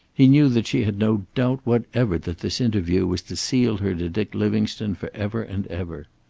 he knew that she had no doubt whatever that this interview was to seal her to dick livingstone for ever and ever.